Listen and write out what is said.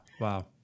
wow